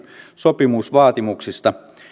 sopimusvaatimuksista